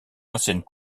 anciennes